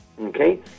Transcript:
Okay